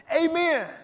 Amen